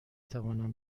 توانم